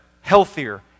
healthier